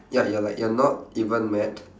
ya you're like you're not even mad